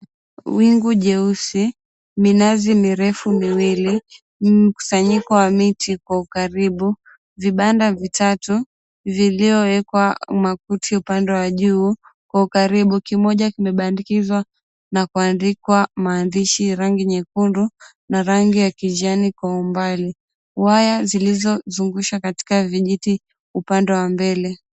Wingu jeusi limejitokeza angani, likiwa juu ya minazi mirefu miwili na mkusanyiko wa miti iliyo karibu. Kuna vibanda vitatu vilivyofunikwa kwa makuti upande wa juu, kimoja kikiwa na maandishi ya rangi nyekundu na kijani yaliyobandikwa juu yake. Kwa umbali, waya zimezungushwa kwenye vijiti upande wa mbele.